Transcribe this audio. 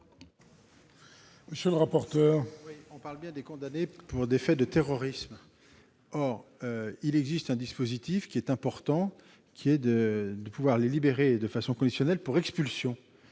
Monsieur le rapporteur,